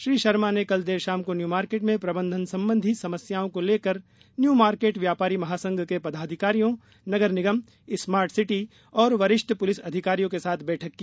श्री शर्मा ने कल देर शाम को न्यू मार्केट में प्रबंधन संबंधी समस्याओं को लेकर न्यू मार्केट व्यापारी महासंघ के पदाधिकारियों नगर निगम स्मार्ट सिटी और वरिष्ठ पुलिस अधिकारियों को साथ बैठक की